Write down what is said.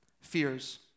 fears